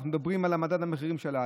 אנחנו מדברים על מדד המחירים שלה,